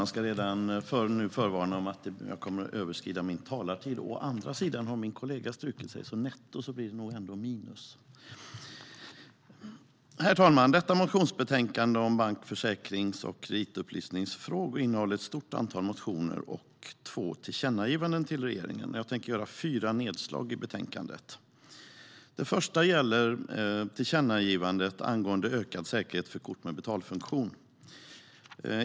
Herr talman! Detta motionsbetänkande om bank, försäkrings och kreditupplysningsfrågor innehåller ett stort antal motioner samt två tillkännagivanden till regeringen. Jag tänker göra fyra nedslag i betänkandet. Det första gäller tillkännagivandet angående ökad säkerhet för kort med betalfunktion.